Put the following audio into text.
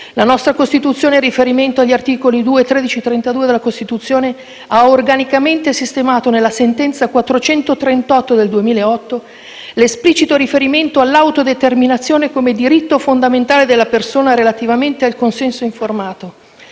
La nostra Corte costituzionale, in riferimento agli articoli 2, 13 e 32 della Costituzione, ha organicamente sistemato, nella sentenza n. 438 del 2008, l'esplicito riferimento all'autodeterminazione come diritto fondamentale della persona, relativamente al consenso informato.